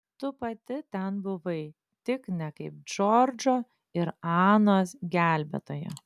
tu pati ten buvai tik ne kaip džordžo ir anos gelbėtoja